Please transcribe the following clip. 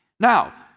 now,